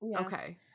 okay